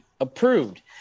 approved